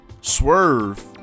Swerve